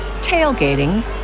tailgating